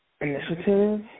initiative